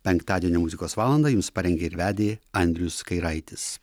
penktadienio muzikos valandą jums parengė ir vedė andrius kairaitis